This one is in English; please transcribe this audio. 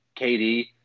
KD